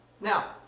Now